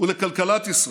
ולכלכלת ישראל: